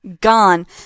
gone